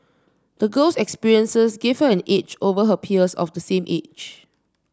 the girl's experiences gave her an edge over her peers of the same age